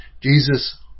Jesus